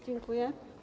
Dziękuję.